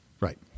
right